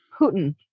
Putin